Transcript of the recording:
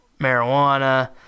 marijuana